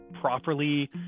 properly